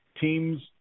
teams